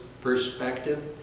perspective